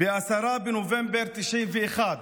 איך ב-10 בנובמבר 1991,